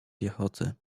piechoty